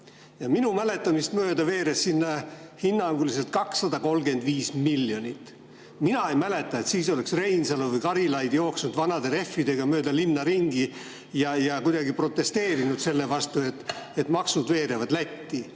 Minu mäletamist mööda veeres sinna hinnanguliselt 235 miljonit eurot. Mina ei mäleta, et siis oleks Reinsalu või Karilaid jooksnud vanade rehvidega mööda linna ringi ja kuidagi protesteerinud selle vastu, et maksud veerevad Lätti.